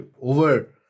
over